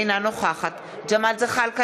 אינה נוכחת ג'מאל זחאלקה,